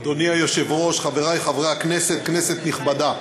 אדוני היושב-ראש, חברי חברי הכנסת, כנסת נכבדה,